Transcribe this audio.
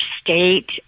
state